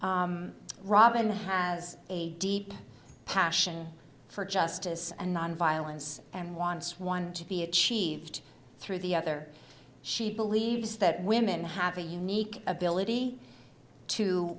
robin has a deep passion for justice and nonviolence and wants one to be achieved through the other she believes that women have a unique ability to